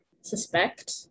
suspect